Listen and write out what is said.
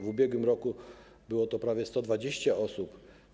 W ubiegłym roku było to prawie 120 osób.